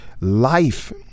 life